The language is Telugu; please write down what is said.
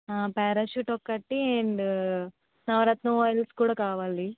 పేరాషుట్ ఒకటి అండ్ నవరత్నం ఆయిల్స్ కూడా కావాలి